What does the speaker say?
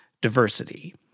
diversity